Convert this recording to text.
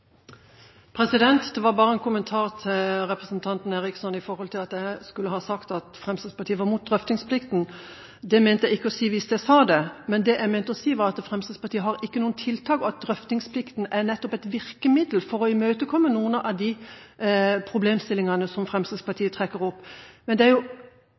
Det var bare en kommentar til representanten Eriksson om at jeg skulle ha sagt at Fremskrittspartiet var mot drøftingsplikten. Det mente jeg ikke å si, hvis jeg sa det, men det jeg mente å si var at Fremskrittspartiet ikke har noen tiltak, og at drøftingsplikten nettopp er et virkemiddel for å imøtekomme noen av de problemstillingene som Fremskrittspartiet trekker opp. Men det er jo